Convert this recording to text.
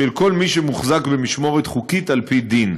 של כל מי שמוחזק במשמורת חוקית על-פי דין.